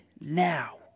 now